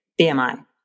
BMI